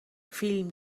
فیلم